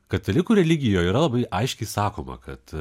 katalikų religijoj yra labai aiškiai sakoma kad